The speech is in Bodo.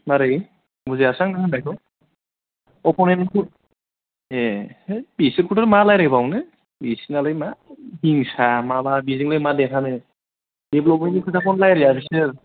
मारै बुजियासां नों होननायखौ अफ'नेनखौ ए है बिसोरखौथ' मा रायलायबावनो बिसिनालाय मा हिंसा मा मा बेजोंलाय मा देरहानो देभ्लबमेन्थनि खोथाखौनो रायलाया बिसोर